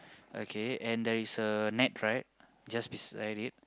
okay and there is a net right just beside it